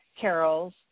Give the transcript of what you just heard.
carols